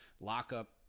Lockup